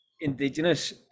indigenous